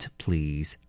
please